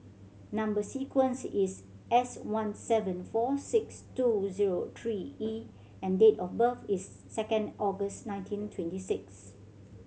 number sequence is S one seven four six two zero three E and date of birth is second August nineteen twenty six